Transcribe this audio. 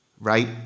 Right